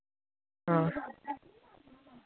हां